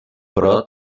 però